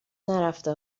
نرفته